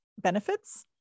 benefits